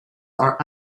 are